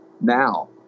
now